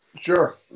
Sure